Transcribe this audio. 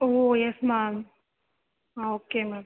O yes ma'am ah okay ma'am